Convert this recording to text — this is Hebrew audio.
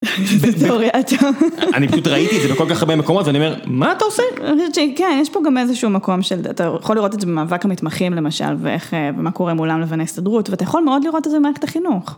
אני פשוט ראיתי את זה בכל כך הרבה מקומות, ואני אומר, מה אתה עושה? אני חושבת שכן, יש פה גם איזשהו מקום של, אתה יכול לראות את זה במאבק המתמחים למשל, ואיך, ומה קורה מולם לבין ההסתדרות, ואתה יכול מאוד לראות את זה במערכת החינוך.